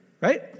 right